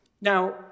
Now